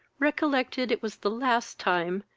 recollected it was the last time,